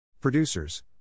Producers